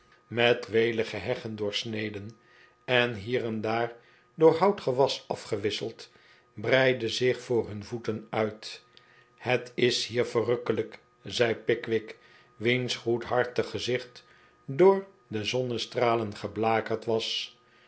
met welige heggen doorsneden en hier en daar door houtgewas afgewisseld breidde zich voor hun voeten uit het is hier verrukkelijk zei pickwick wiens goedhartig gezicht door de zonnestralen geblakerd was